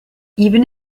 even